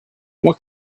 what